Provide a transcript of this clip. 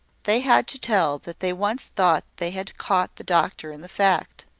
they had to tell that they once thought they had caught the doctor in the fact.